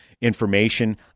information